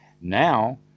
now